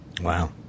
Wow